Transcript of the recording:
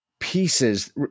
pieces